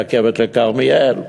רכבת לכרמיאל,